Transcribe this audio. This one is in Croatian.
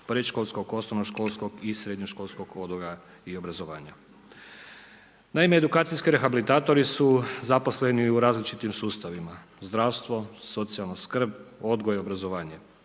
predškolskog, osnovnoškolskog i srednjoškolskog odgoja i obrazovanja. Naime edukacijski rehabilitatori su zaposleni u različitim sustavima zdravstvo, socijalna skrb, odgoj i obrazovanje.